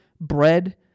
bread